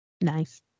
Nice